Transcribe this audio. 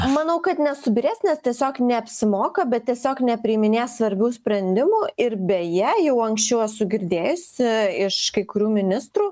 manau kad nesubyrės nes tiesiog neapsimoka bet tiesiog nepriiminėja svarbių sprendimų ir beje jau anksčiau esu girdėjusi iš kai kurių ministrų